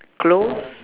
close